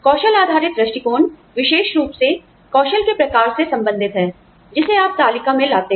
कौशल आधारित दृष्टिकोण विशेष रूप से कौशल के प्रकार से संबंधित है जिसे आप तालिका में लाते हैं